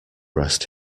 rest